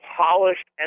polished